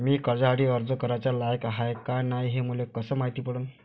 मी कर्जासाठी अर्ज कराचा लायक हाय का नाय हे मले कसं मायती पडन?